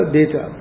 data